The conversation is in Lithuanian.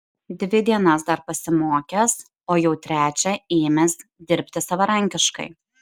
dvi dienas dar pasimokęs o jau trečią ėmęs dirbti savarankiškai